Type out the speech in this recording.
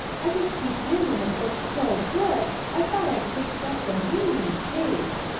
i just peeped in and it looked so good i thought i'd take just a weeny taste.